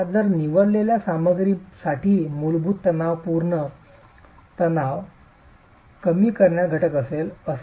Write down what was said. आता जर निवडलेल्या सामग्रीसाठी मूलभूत तणावपूर्ण तणावात तणाव कमी करण्याचा घटक असेल